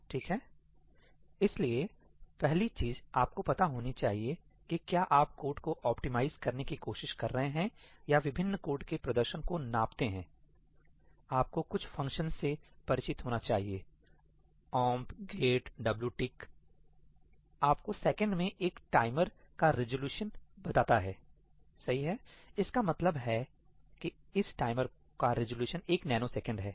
ठीक है इसलिए पहली चीज आपको पता होना चाहिए कि क्या आप कोड को ऑप्टिमाइज़ करने की कोशिश कर रहे हैं या विभिन्न कोड के प्रदर्शन को नापते हैं आपको कुछ फंक्शंस से परिचित होना चाहिए 'Omp get wtick आपको सेकंड में एक टाइमर का रिज़ॉल्यूशन बताता हैसही है इसका मतलब है कि इस टाइमर का रिज़ॉल्यूशन एक नैनोसेकंड है